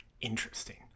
interesting